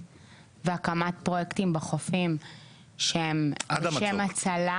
והקמת פרויקטים בחופים שהם לשם הצלה.